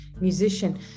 musician